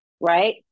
Right